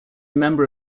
member